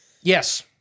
yes